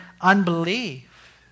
unbelief